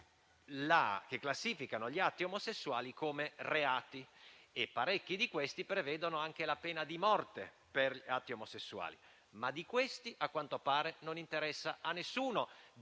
che classificano gli atti omosessuali come reati e parecchi di questi prevedono anche la pena di morte per atti omosessuali. Ma di questi, a quanto pare, non interessa a nessuno